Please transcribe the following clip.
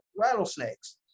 rattlesnakes